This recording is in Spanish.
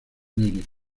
mary